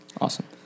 Awesome